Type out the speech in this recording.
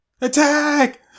Attack